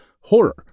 horror